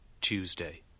Tuesday